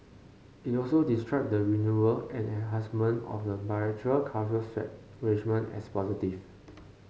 it also described the renewal and enhancement of the bilateral currency swap arrangement as positive